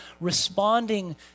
responding